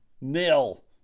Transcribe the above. Nil